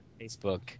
Facebook